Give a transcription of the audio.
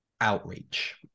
outreach